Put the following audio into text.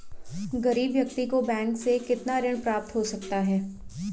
गरीब व्यक्ति को बैंक से कितना ऋण प्राप्त हो सकता है?